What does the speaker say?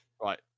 Right